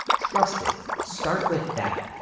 trust it. start with that,